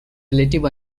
relative